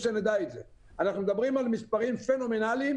אנחנו מדברים על מספרים פנומנליים,